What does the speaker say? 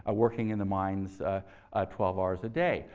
ah working in the mines ah twelve hours a day.